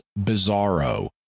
Bizarro